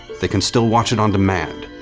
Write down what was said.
they can still watch it on demand,